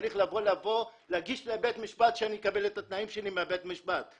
צריך להגיש לבית משפט שאני אקבל את התנאים שלי מבית המשפט?